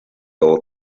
old